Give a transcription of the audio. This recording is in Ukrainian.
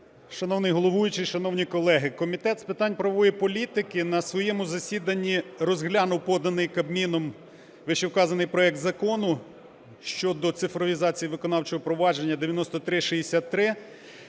Шановний головуючий, шановні колеги! Комітет з питань правової політики на своєму засіданні розглянув поданий Кабміном вищевказаний проект Закону щодо цифровізації виконавчого провадження (9363).